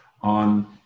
on